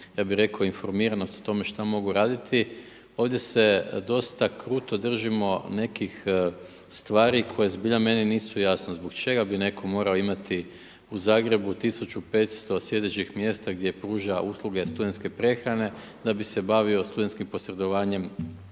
ja bih rekao, informiranost o tome šta mogu raditi. Ovdje se dosta kruto držimo nekih stvari koje zbilja meni nisu jasne. Zbog čega bi netko morao imati u Zagrebu 1500 sjedećih mjesta gdje pruža usluge studentske prehrane da bi se bavio studentskim posredovanjem